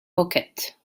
pocket